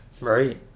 Right